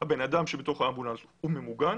הבן אדם באמבולנס הוא ממוגן